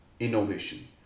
Innovation